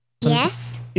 Yes